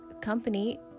company